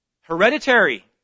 Hereditary